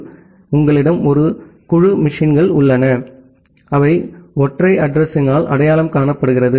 எனவே உங்களிடம் ஒரு குழு இயந்திரங்கள் உள்ளன அவை ஒற்றை அட்ரஸிங்யால் அடையாளம் காணப்படுகின்றன